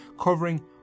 covering